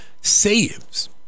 saves